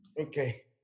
okay